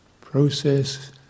Process